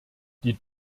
die